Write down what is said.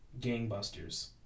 gangbusters